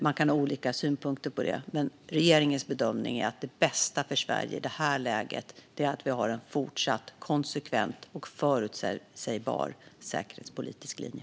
Man kan ha olika synpunkter på det, men regeringens bedömning är att det bästa för Sverige i det här läget är att vi har en fortsatt konsekvent och förutsägbar säkerhetspolitisk linje.